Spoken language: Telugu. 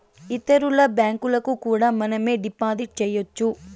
ఇతరుల బ్యాంకులకు కూడా మనమే డిపాజిట్ చేయొచ్చు